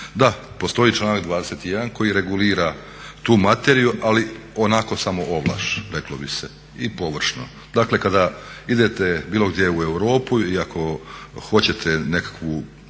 da postoji članak 21.koji regulira tu materiju ali onako samo ovlaš, reklo bi se i površno. Dakle kada idete bilo gdje u Europu i ako hoćete nekakvu